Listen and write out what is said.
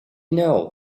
know